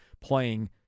playing